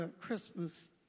Christmas